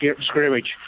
scrimmage